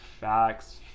facts